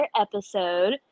episode